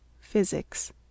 Physics